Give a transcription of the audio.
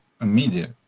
media